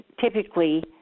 typically